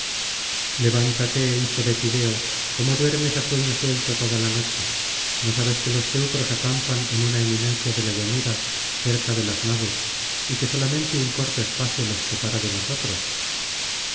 levántate hijo de tideo cómo duermes á sueño suelto toda la noche no sabes que los teucros acampan en una eminencia de la llanura cerca de las naves y que solamente un corto espacio los separa de nosotros